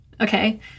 okay